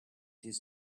his